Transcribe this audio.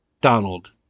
Donald